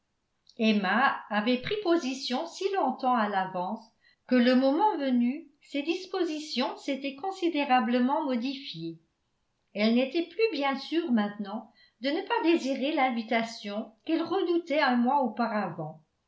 emma avait pris position si longtemps à l'avance que le moment venu ses dispositions s'étaient considérablement modifiées elle n'était plus bien sûre maintenant de ne pas désirer l'invitation qu'elle redoutait un mois auparavant